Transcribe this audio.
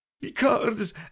Because